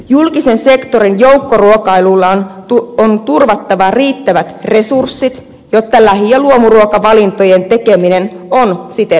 julkisen sektorin joukkoruokailulle on turvattava riittävät resurssit jotta lähi ja luomuruokavalintojen tekeminen on siten mahdollista